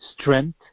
strength